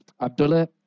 Abdullah